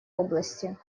области